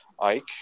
ike